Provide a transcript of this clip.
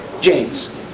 James